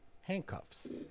handcuffs